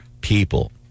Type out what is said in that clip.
people